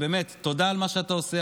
תודה על מה שאתה עושה.